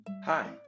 Hi